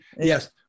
Yes